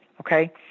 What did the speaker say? okay